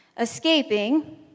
escaping